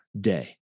day